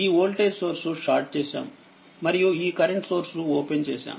ఈ voltage source short చేసాము మరియు ఈ కరెంట్ సోర్స్ ఓపెన్ చేసాం